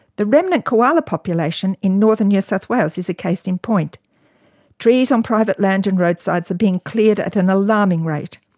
the remnant koala population in northern new south wales is a case in point trees on private land and roadsides are being cleared at an alarming rate.